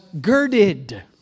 girded